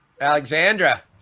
Alexandra